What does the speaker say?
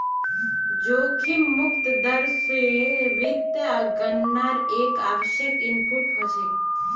जोखिम मुक्त दर स वित्तीय गणनार एक आवश्यक इनपुट हछेक